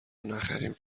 نخریم